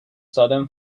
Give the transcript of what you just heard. sudden